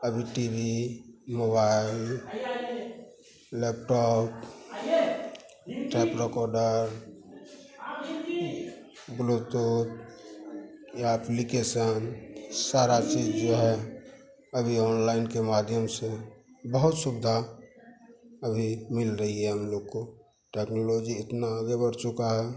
अभी T V mobile laptop tape recorder Bluetooth या application सारी चीज़ जो है अभी ऑनलाइन के माध्यम से बहुत सुविधा अभी मिल रही है हम लोग को टेक्नोलॉजी इतनी आगे बढ़ चुकी है